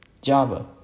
Java